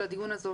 של הדיון הזה,